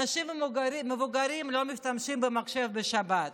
אנשים מבוגרים לא משתמשים במחשב בשבת,